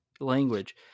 language